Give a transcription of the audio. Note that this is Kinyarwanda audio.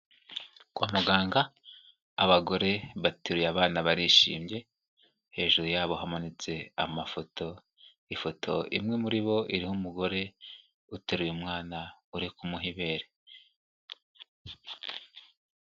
Kwa muganga abagore bateruye abana barishimye. Hejuru yabo hamanitse amafoto. Ifoto imwe muri bo iriho umugore uteruye mwana urikumuha iberi.